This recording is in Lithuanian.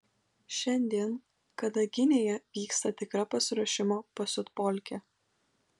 šiandien kadaginėje vyksta tikra pasiruošimo pasiutpolkė